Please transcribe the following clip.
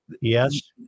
Yes